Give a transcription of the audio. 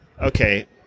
okay